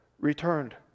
returned